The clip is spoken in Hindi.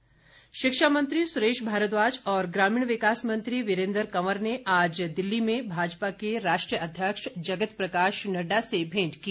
भेंट शिक्षा मंत्री सुरेश भारद्वाज और ग्रामीण विकास मंत्री वीरेन्द्र कंवर ने आज दिल्ली में भाजपा के राष्ट्रीय अध्यक्ष जगत प्रकाश नड्डा से भेंट की